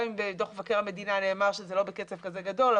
גם אם בדוח מבקר המדינה נאמר שזה לא בקצב כזה גדול.